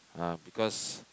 uh because